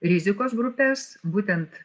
rizikos grupes būtent